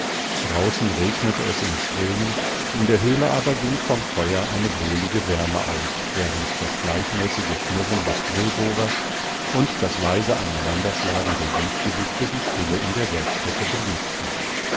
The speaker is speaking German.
draußen regnete es in strömen in der höhle aber ging vom feuer eine wohlige wärme aus während das gleichmäßige schnurren des drillbohrers und das leise aneinanderschlagen der webgewichte die stille in der werkstätte belebten